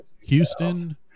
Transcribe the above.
Houston